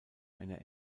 eine